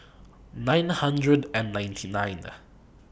nine hundred and ninety nine